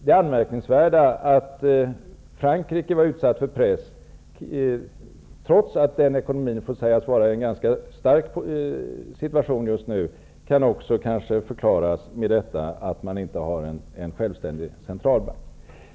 Det anmärkningsvärda att Frankrike var utsatt för press, trots att dess ekonomi får sägas vara ganska stark just nu, kan kanske också förklaras av att man inte har en självständig centralbank.